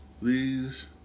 Please